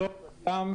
שלום רב לכולם.